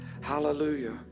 hallelujah